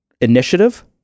initiative